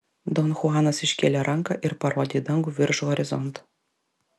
don chuanas iškėlė ranką ir parodė į dangų virš horizonto